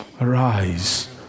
arise